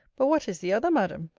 but what is the other, madam?